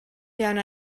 down